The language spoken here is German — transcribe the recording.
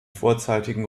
vorzeitigen